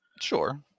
Sure